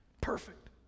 perfect